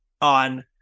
on